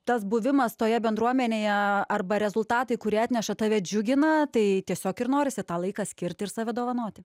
tas buvimas toje bendruomenėje arba rezultatai kurie atneša tave džiugina tai tiesiog ir norisi tą laiką skirt ir save dovanoti